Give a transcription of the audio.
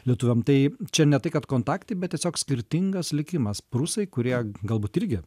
lietuviam tai čia ne tai kad kontaktai bet tiesiog skirtingas likimas prūsai kurie g galbūt irgi